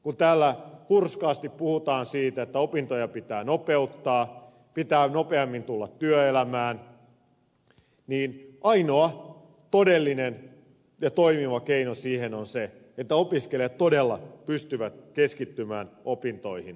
kun täällä hurskaasti puhutaan siitä että opintoja pitää nopeuttaa pitää nopeammin tulla työelämään niin ainoa todellinen ja toimiva keino siihen on se että opiskelijat todella pystyvät keskittymään opintoihinsa